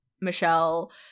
Michelle